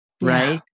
Right